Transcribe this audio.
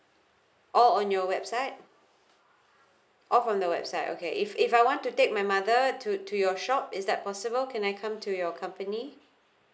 oh on your website oh from the website okay if if I want to take my mother to to your shop is that possible can I come to your company